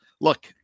Look